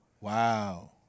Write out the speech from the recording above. Wow